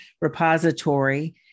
repository